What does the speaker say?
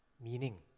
meaning